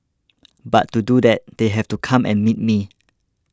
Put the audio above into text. but to do that they have to come and meet me